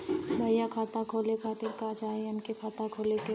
भईया खाता खोले खातिर का चाही हमके खाता खोले के बा?